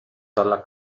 dalla